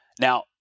Now